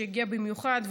שהגיע במיוחד,